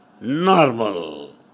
normal